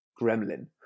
gremlin